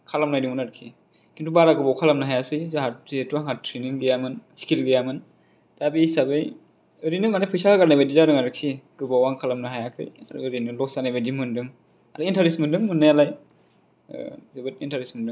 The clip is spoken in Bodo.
खालामनायदोंमोन आरोखि खिनथु बारा गोबाव खालामनो हायासै जोंहा जेथ' आंहा ट्रेनिं गैयामोन स्किल गैयामोन दा बे हिसाबै ओरैनो मानि फैसा होगारनाय बदि जादों आरोखि गोबाव आं खालामनो हायाखै ओरैनो लस्ट जानाय बादि मोनदों आरो इनटारेस्ट मोनदों मोननायालाय जोबोद इनटारेस्ट मोनदों